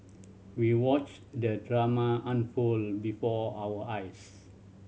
we watched the drama unfold before our eyes